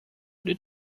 did